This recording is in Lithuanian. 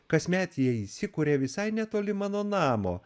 kasmet jie įsikuria visai netoli mano namo